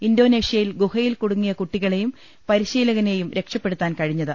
ഇന്തോനേഷ്യയിൽ ഗുഹയിൽ കുടുങ്ങിയ കുട്ടികളെയും പരിശീലകനേയും രക്ഷപ്പെടുത്താൻ കഴിഞ്ഞത്